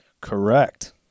correct